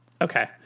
Okay